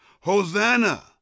Hosanna